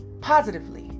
positively